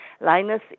Linus